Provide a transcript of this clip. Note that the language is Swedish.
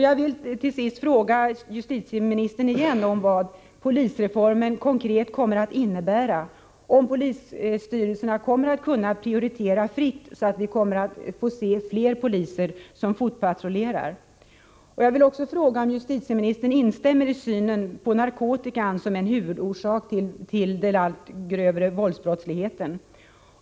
Jag vill till sist fråga justitieministern igen vad polisreformen konkret kommer att innebära, och om polisstyrelserna kommer att kunna prioritera fritt så att vi kommer att få se fler poliser som fotpatrullerar. Jag vill också fråga om justitieministern instämmer i synen på narkotikan som en huvudorsak till den allt grövre våldsbrottsligheten.